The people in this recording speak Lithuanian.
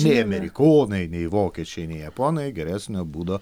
nei amerikonai nei vokiečiai nei japonai geresnio būdo